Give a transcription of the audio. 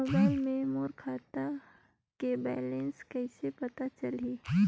Mobile मे मोर खाता के बैलेंस कइसे पता चलही?